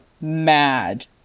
mad